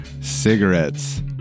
cigarettes